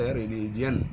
religion